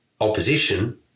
opposition